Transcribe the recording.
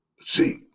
See